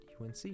UNC